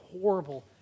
horrible